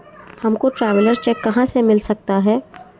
हमको traveller cheque कहाँ से मिल सकता है?